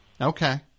Okay